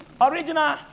Original